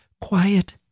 quiet